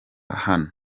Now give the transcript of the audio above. hano